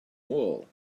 wool